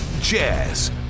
jazz